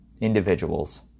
individuals